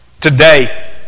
Today